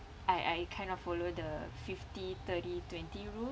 I I kind of follow the fifty thirty twenty rule